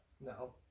No